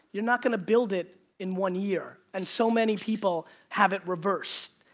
you're not going to build it in one year. and so many people have it reversed.